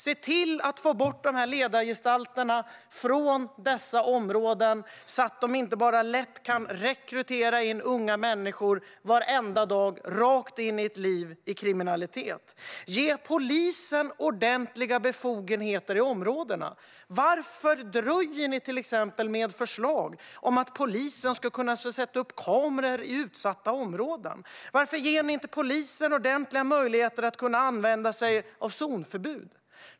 Se till att få bort ledargestalterna från dessa områden, så att de inte varenda dag enkelt kan rekrytera unga människor rakt in i ett liv av kriminalitet. Ge polisen ordentliga befogenheter i områdena. Varför dröjer regeringen till exempel med förslag om att polisen ska kunna få sätta upp kameror i utsatta områden, och varför ger man inte polisen ordentliga möjligheter att använda sig av zonförbud?